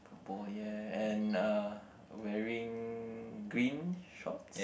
boy yeah and uh wearing green shorts